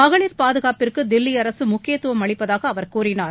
மகளிர் பாதுகாப்புக்கு தில்லி அரசு முக்கியத்துவம் அளிப்பதாக அவர் கூறினார்